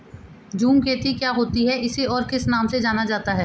झूम खेती क्या होती है इसे और किस नाम से जाना जाता है?